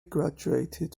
graduated